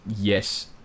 yes